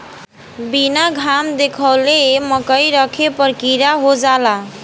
बीना घाम देखावले मकई रखे पर कीड़ा हो जाला